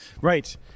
Right